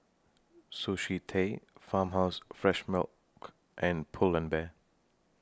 Sushi Tei Farmhouse Fresh Milk and Pull and Bear